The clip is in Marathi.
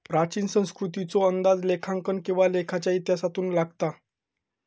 प्राचीन संस्कृतीचो अंदाज लेखांकन किंवा लेखाच्या इतिहासातून लागता